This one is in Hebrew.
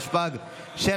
התשפ"ג 2022,